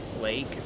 lake